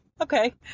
Okay